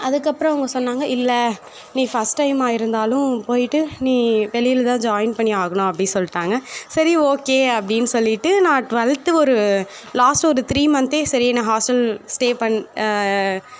அதுக்கப்புறம் அவங்க சொன்னாங்க இல்லை நீ ஃபஸ்ட் டைமாக இருந்தாலும் போய்ட்டு நீ வெளியில் தான் ஜாயின் பண்ணி ஆகணும் அப்படி சொல்லிடாங்க சரி ஓகே அப்படினு சொல்லிட்டு நான் டுவெல்த்து ஒரு லாஸ்ட் ஒரு த்ரீ மந்தே சரி நான் ஹாஸ்டல் ஸ்டே பண்